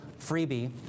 freebie